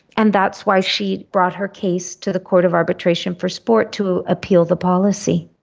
and that's why she brought her case to the court of arbitration for sport to appeal the policy.